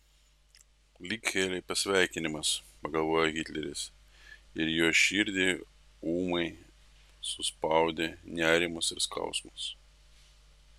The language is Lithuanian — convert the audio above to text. lyg heli pasveikinimas pagalvojo hitleris ir jo širdį ūmai suspaudė nerimas ir skausmas